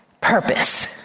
purpose